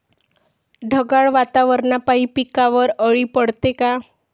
ढगाळ वातावरनापाई पिकावर अळी पडते का?